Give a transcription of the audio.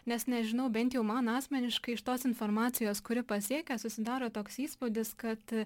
nes nežinau bent jau man asmeniškai iš tos informacijos kuri pasiekia susidaro toks įspūdis kad